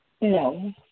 No